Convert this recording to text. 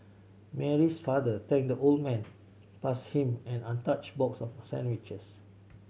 Mary's father thanked the old man passed him an untouched box of sandwiches